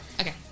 okay